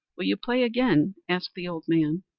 will you play again? asked the old man.